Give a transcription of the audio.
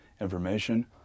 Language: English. information